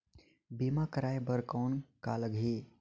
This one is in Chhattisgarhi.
बीमा कराय बर कौन का लगही?